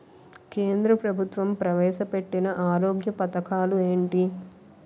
కేంద్ర ప్రభుత్వం ప్రవేశ పెట్టిన ఆరోగ్య పథకాలు ఎంటి?